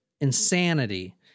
insanity